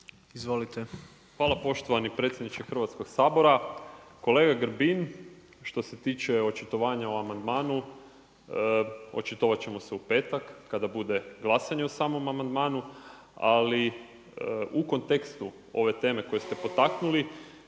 (Nezavisni)** Hvala poštovani predsjedniče Hrvatskog sabora. Kolega Grbin, što se tiče očitovanja o amandmanu, očitovat ćemo se u petak, kada bude glasanje o samom amandmanu, ali u kontekstu ove teme koje ste potaknuli,